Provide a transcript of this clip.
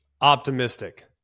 optimistic